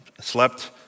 slept